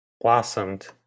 blossomed